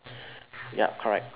yup correct